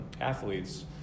athletes